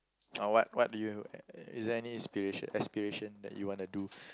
or what what do you is there any aspiration aspiration that you wanna do